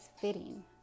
fitting